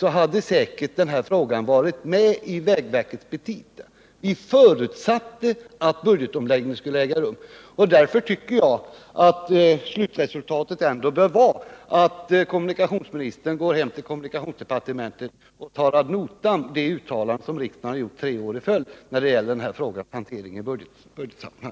hade säkert den här frågan varit med i vägverkets petita. Vi förutsatte att en budgetomläggning skulle äga rum. Därför tycker jag att slutresultatet ändå bör bli att kommunikationsministern går hem till kommunikationsdepartementet och tar ad notam det uttalande som riksdagen har gjort tre år i följd i denna fråga om hantering i budgetsammanhang.